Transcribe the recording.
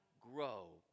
grow